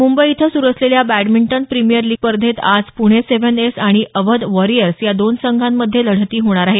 मुंबई इथं सुरु असलेल्या बॅडमिंटन प्रिमीअर लिग स्पर्धेत आज पुणे सेव्हन एस आणि अवध वॉरीअर्स या दोन संघामध्ये लढती होणार आहेत